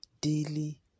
daily